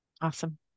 Awesome